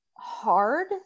hard